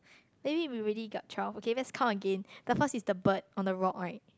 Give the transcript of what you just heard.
maybe we already got twelve okay let's count again the first is the bird on the rock right